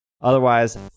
otherwise